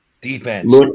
defense